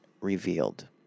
revealed